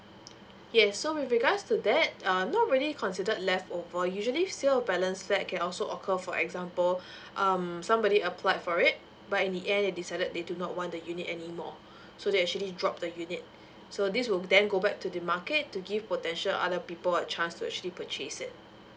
yes so with regards to that um not really considered leftover usually still balance that can also occur for example um somebody applied for it but in the end they decided they do not want the unit anymore so they actually drop the unit so this will then go back to the market to give potential other people a chance to actually purchase it